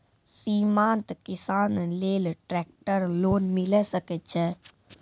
सीमांत किसान लेल ट्रेक्टर लोन मिलै सकय छै?